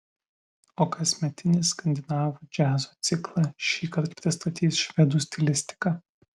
o kasmetinį skandinavų džiazo ciklą šįkart pristatys švedų stilistika